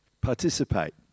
participate